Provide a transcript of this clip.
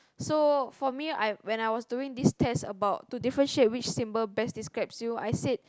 so for me I when I was doing this test about to differentiate which symbol best describes you I said